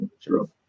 True